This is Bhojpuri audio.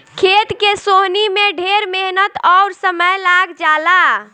खेत के सोहनी में ढेर मेहनत अउर समय लाग जला